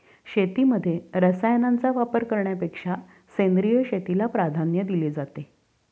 शेतीमध्ये रसायनांचा वापर करण्यापेक्षा सेंद्रिय शेतीला प्राधान्य दिले जाते